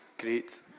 Great